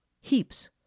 heaps